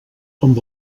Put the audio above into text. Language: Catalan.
amb